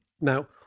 Now